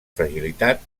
fragilitat